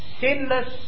sinless